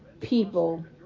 people